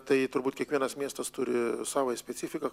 tai turbūt kiekvienas miestas turi savą specifiką